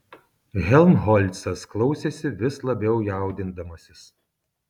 helmholcas klausėsi vis labiau jaudindamasis